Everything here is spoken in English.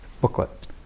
booklet